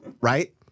right